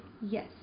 Yes